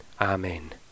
Amen